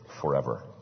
forever